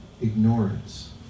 Ignorance